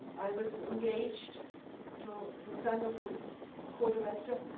i was engaged to the son of his co-director,